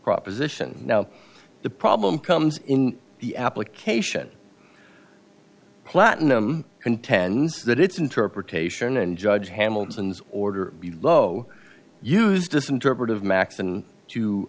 proposition now the problem comes in the application platinum contends that its interpretation and judge hamilton's order be low used to some derivative maxon to